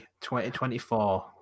2024